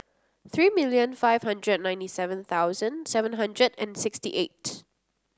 three million five hundred and ninety seven thousand seven hundred and sixty eight